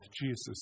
Jesus